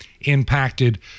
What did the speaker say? impacted